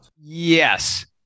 Yes